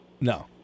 No